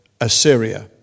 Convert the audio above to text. Assyria